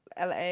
LA